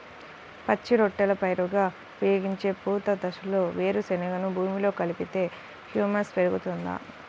పచ్చి రొట్టెల పైరుగా ఉపయోగించే పూత దశలో వేరుశెనగను భూమిలో కలిపితే హ్యూమస్ పెరుగుతుందా?